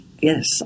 yes